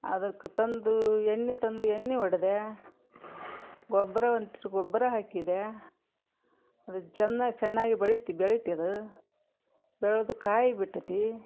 ಅದಕ್ಕೆ ತಂದು ಎಣ್ಣೆ ತಂದು ಎಣ್ಣೆ ಹೊಡೆದೆ ಗೊಬ್ಬರ ಒಂದು ಸ್ವಲ್ಪ ಗೊಬ್ಬರ ಹಾಕಿದೆ ಅದು ಚೆನ್ನಾಗಿ ಚೆನ್ನಾಗಿ ಬೆಳಿತು ಬೆಳಿತು ಅದು ಬೆಳ್ದು ಕಾಯಿ ಬಿಟ್ಟತಿ